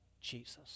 Jesus